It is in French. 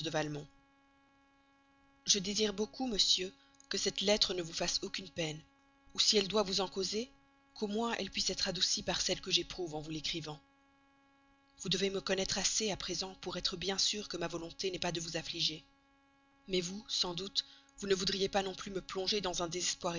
je désire beaucoup monsieur que cette lettre ne vous fasse aucune peine ou si elle doit vous en causer qu'au moins elle puisse être adoucie par celle que j'éprouve en vous l'écrivant vous devez me connaître assez à présent pour être bien sûr que ma volonté n'est pas de vous affliger mais vous sans doute vous ne voudriez pas non plus me plonger dans un désespoir